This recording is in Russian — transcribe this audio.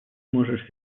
можешь